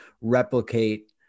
replicate